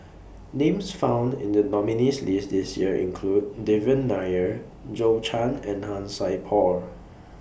Names found in The nominees' list This Year include Devan Nair Zhou Can and Han Sai Por